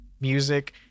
Music